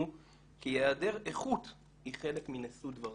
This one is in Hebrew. כי היעדר איכות היא חלק מנשוא דבריי.